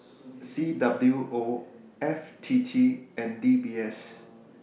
C W O F T T and D B S